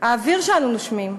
האוויר שאנו נושמים.